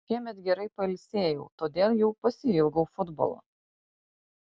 šiemet gerai pailsėjau todėl jau pasiilgau futbolo